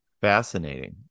Fascinating